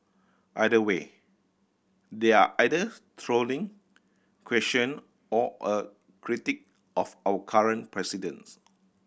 either way there are either trolling question or a critique of our current presidents